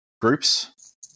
groups